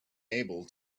able